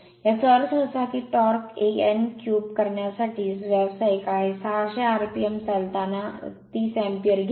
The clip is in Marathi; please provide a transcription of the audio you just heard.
याचा अर्थ असा की टॉर्क एन क्यूब करण्यासाठी व्यावसायिक आहे 600 आरपीएमवर चालताना 30 अँपिअर घेते